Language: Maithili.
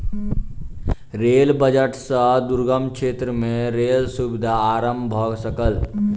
रेल बजट सॅ दुर्गम क्षेत्र में रेल सुविधा आरम्भ भ सकल